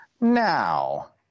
Now